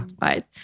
right